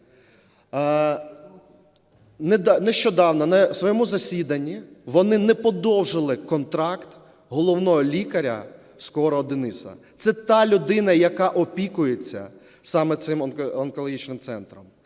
Нещодавно на своєму засіданні вони не подовжили контракт головного лікаря Скорого Дениса. Це та людина, яка опікується саме цим онкологічним центром.